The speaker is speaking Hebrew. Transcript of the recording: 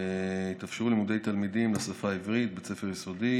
יתאפשרו לימודי תלמידים בשפה העברית בבית ספר יסודי